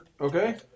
Okay